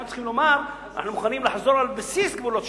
אנחנו צריכים לומר: אנחנו מוכנים לחזור על בסיס גבולות 67',